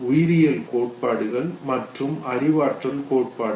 உயிரியல் கோட்பாடுகள் மற்றும் அறிவாற்றல் கோட்பாடுகள்